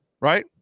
right